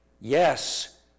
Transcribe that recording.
Yes